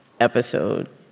episode